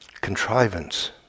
contrivance